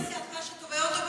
זה לא חבר סיעתך שתובע אותו במקרה?